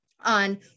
on